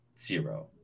Zero